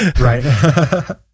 Right